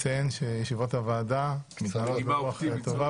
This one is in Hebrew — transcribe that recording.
קיצור תקופת ההנחה פה אחד הבקשה אושרה פה אחד.